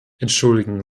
entschuldigen